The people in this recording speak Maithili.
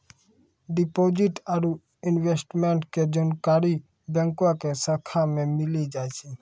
डिपॉजिट आरू इन्वेस्टमेंट के जानकारी बैंको के शाखा मे मिली जाय छै